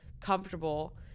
comfortable